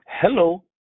Hello